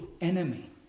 enemy